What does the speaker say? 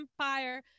empire